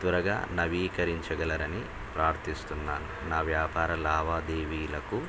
త్వరగా నవీకరించగలరని ప్రార్థస్తున్నాను నా వ్యాపార లావాదేవీలకు